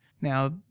Now